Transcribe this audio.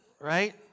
right